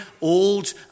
old